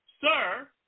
Sir